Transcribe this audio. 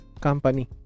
company